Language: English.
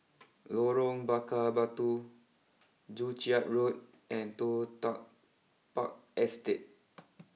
Lorong Bakar Batu Joo Chiat Road and Toh Tuck Park Estate